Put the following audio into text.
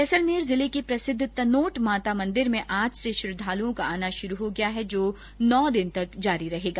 जैसलमेर जिले के प्रसिद्ध तनोट माता मंदिर में आज से श्रद्वालुओं का आना शुरू हो गया है जो नौ दिन तक जारी रहेगा